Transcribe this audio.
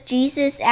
Jesus